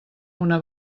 una